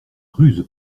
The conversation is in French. ruse